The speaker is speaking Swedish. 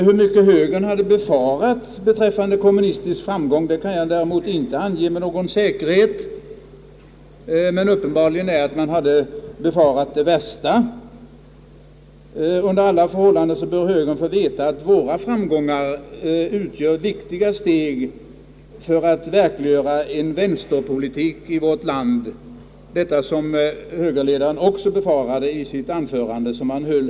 Hur mycket högern hade befarat i fråga om kommunistisk framgång kan jag inte ange med någon säkerhet, men uppenbarligen hade man på det hållet befarat det värsta. Under alla förhållanden bör högern få veta att våra framgångar utgör viktiga steg för att verkliggöra en vänsterpolitik i vårt land — en sak som högerledaren också befarade i sitt anförande.